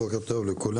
בוקר טוב לכולם,